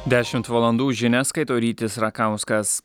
dešimt valandų žinias skaito rytis rakauskas